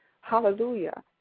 hallelujah